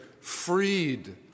freed